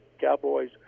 Cowboys